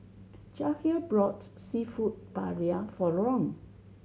Jahir brought Seafood Paella for Ron